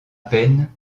peine